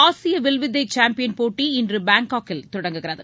ஆசிய வில்வித்தை சாம்பியன்போட்டி இன்று பாங்காக்கில் தொடங்குகிறது